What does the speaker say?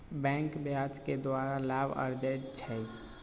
बैंके ब्याज के द्वारा लाभ अरजै छै